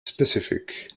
specific